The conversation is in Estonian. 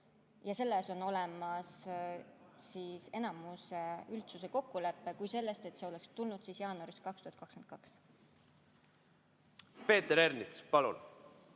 ja selleks on olemas enamuse, üldsuse kokkulepe, kui see, et see oleks tulnud jaanuarist 2022.